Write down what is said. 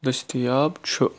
دٔستِیاب چھُ